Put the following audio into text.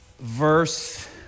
verse